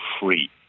free